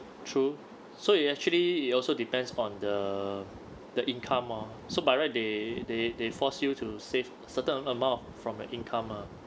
true so you actually it also depends on the the income oh so by right they they they force you to save certain amount of from your income ah